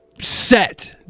set